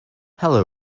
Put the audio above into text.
hello